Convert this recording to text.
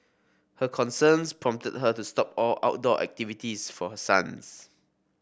her concerns prompted her to stop all outdoor activities for her sons